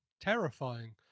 terrifying